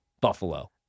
Buffalo